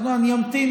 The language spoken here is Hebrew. אני אמתין,